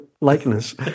likeness